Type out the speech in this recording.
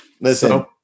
Listen